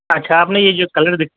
اچھا آپ نے یہ جو کلر دیکھ